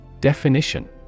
Definition